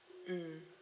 mm